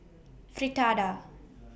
Fritada